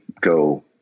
go